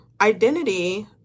identity